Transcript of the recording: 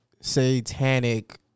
satanic